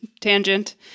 Tangent